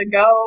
go